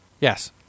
Yes